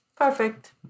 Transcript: Perfect